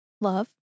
Love